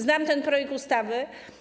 Znam ten projekt ustawy.